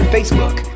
Facebook